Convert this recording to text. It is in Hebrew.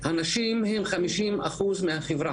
לצערי הרב,